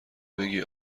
بگی